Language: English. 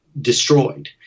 destroyed